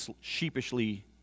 sheepishly